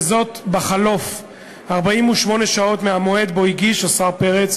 בחלוף 48 שעות מהמועד שבו הגיש השר פרץ